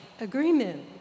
agreement